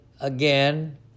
again